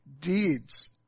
deeds